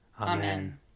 Amen